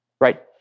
right